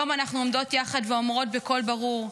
היום אנחנו עומדות יחד ואומרות בקול ברור: